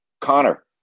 Connor